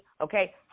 okay